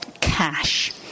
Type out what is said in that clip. cash